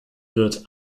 wird